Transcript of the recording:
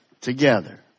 together